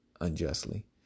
unjustly